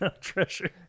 Treasure